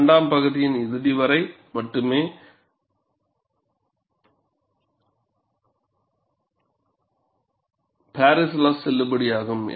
இரண்டாம் பகுதியின் இறுதி வரை மட்டுமே பாரிஸ் லா செல்லுபடியாகும்